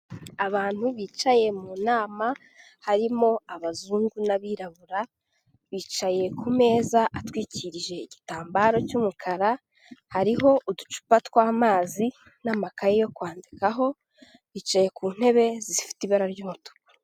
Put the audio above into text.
Abantu bicaye mu nama harimo abazungu n'abirabura, bicaye ku meza atwikirije igitambaro cy'umukara, hariho uducupa tw'amazi n'amakaye yo kwandikaho, bicaye ku ntebe zifite ibara ry'umutuku.